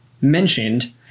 mentioned